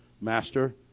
Master